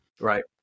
Right